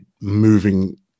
moving